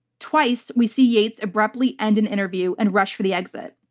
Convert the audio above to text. twice, we see yates abruptly end an interview and rush for the exit.